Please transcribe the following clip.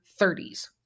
30s